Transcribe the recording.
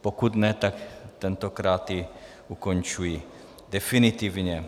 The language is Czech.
Pokud ne, tak tentokrát ji ukončuji definitivně.